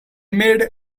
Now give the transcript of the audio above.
made